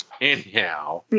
anyhow